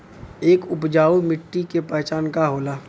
एक उपजाऊ मिट्टी के पहचान का होला?